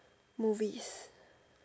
movies